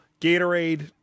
Gatorade